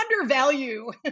undervalue